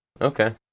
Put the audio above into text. Okay